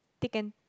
thick and